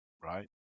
right